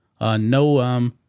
no